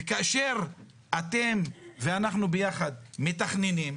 וכאשר אתם ואנחנו ביחד מתכננים,